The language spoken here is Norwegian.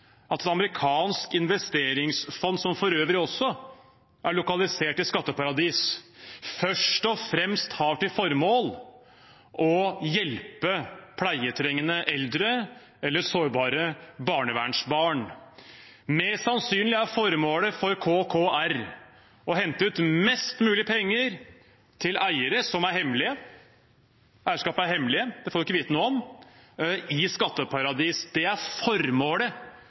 at et amerikansk investeringsfond, som for øvrig også er lokalisert i skatteparadis, først og fremst har til formål å hjelpe pleietrengende eldre eller sårbare barnevernsbarn. Mest sannsynlig er formålet for KKR å hente ut mest mulig penger til eiere – som er hemmelige, eierskapet er hemmelig, det får vi ikke vite noe om – i skatteparadis. Det er formålet